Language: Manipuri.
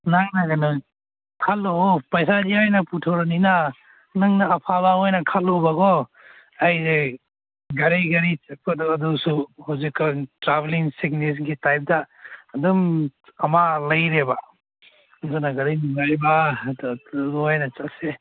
ꯅꯪꯅ ꯀꯩꯅꯣ ꯈꯜꯂꯛꯑꯣ ꯄꯩꯁꯥꯗꯤ ꯑꯩꯅ ꯄꯨꯊꯣꯛꯑꯅꯤꯅ ꯅꯪꯅ ꯑꯐꯕ ꯑꯣꯏꯅ ꯈꯜꯂꯣꯕ ꯀꯣ ꯑꯩꯁꯦ ꯒꯥꯔꯤ ꯒꯥꯔꯤ ꯆꯠꯄꯗꯣ ꯑꯗꯨꯁꯨ ꯍꯧꯖꯤꯛ ꯀꯥꯟ ꯇ꯭ꯔꯥꯕꯦꯜꯂꯤꯡ ꯁꯤꯛꯅꯦꯁꯀꯤ ꯇꯥꯏꯞꯇ ꯑꯗꯨꯝ ꯑꯃ ꯂꯩꯔꯦꯕ ꯑꯗꯨꯅ ꯒꯥꯔꯤ ꯅꯨꯡꯉꯥꯏꯕ ꯋꯥꯏꯔꯒ ꯆꯠꯁꯦ